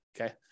Okay